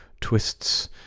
twists